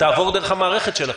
תעבור דרך המערכת שלכם,